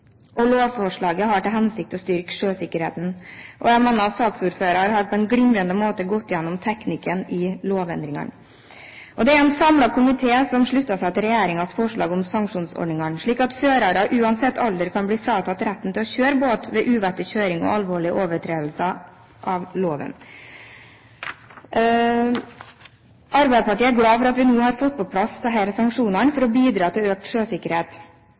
Lovforslaget har til hensikt å styrke sjøsikkerheten. Jeg mener at saksordføreren på en glimrende måte har gått gjennom teknikken i lovendringene. Det er en samlet komité som slutter seg til regjeringens forslag om sanksjonsordningene, slik at førere uansett alder kan bli fratatt retten til å kjøre båt ved uvettig kjøring og alvorlige overtredelser av loven. Arbeiderpartiet er glad for at vi nå har fått på plass disse sanksjonene for å bidra til økt sjøsikkerhet.